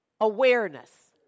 Awareness